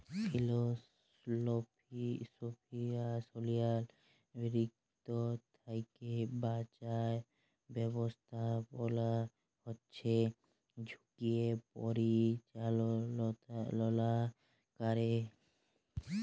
financial risk থ্যাইকে বাঁচার ব্যবস্থাপলা হছে ঝুঁকির পরিচাললা ক্যরে